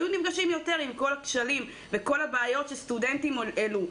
היו נפגשים יותר עם כל הכשלים וכל הבעיות שהסטודנטים מעלים.